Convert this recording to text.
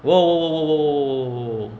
!whoa! !whoa! !whoa! !whoa! !whoa! !whoa!